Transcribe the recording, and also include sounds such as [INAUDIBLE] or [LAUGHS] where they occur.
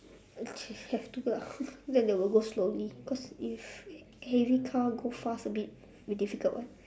[LAUGHS] have to lah then they will go slowly because if heavy car go fast a bit will be difficult [what]